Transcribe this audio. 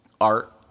art